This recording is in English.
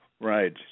Right